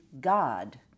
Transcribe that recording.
God